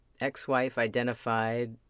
ex-wife-identified